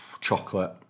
Chocolate